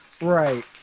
Right